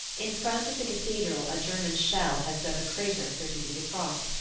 in front of the cathedral a german shell has dug a crater thirty feet across,